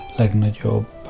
legnagyobb